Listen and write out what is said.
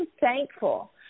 thankful